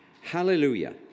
Hallelujah